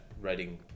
writing